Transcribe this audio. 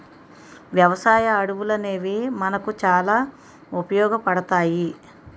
వ్యవసాయ అడవులనేవి మనకు చాలా ఉపయోగపడతాయి